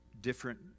different